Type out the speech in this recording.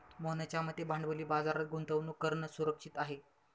मोहनच्या मते भांडवली बाजारात गुंतवणूक करणं सुरक्षित आहे